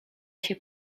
się